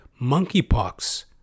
monkeypox